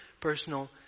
personal